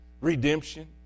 redemption